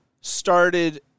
started